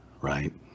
right